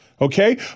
Okay